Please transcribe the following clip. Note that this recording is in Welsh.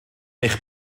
eich